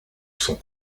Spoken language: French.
sont